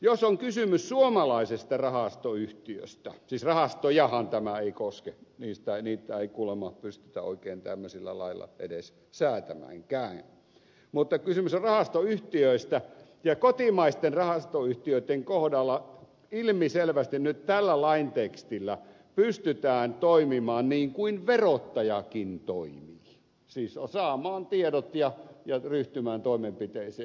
jos on kysymys suomalaisesta rahastoyhtiöstä siis rahastojahan tämä ei koske niistä ei kuulema pystytä oikein tämmöisellä lailla edes säätämäänkään mutta kysymys on rahastoyhtiöistä ja kotimaisten rahastoyhtiöitten kohdalla ilmiselvästi nyt tällä laintekstillä pystytään toimimaan niin kuin verottajakin toimii siis saamaan tiedot ja ryhtymään toimenpiteisiin